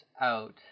out